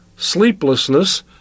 Sleeplessness